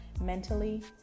mentally